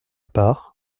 part